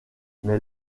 mais